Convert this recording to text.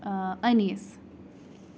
Anees